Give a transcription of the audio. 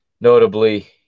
Notably